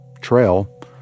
trail